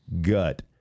gut